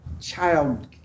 Child